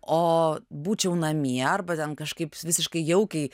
o būčiau namie arba ten kažkaip visiškai jaukiai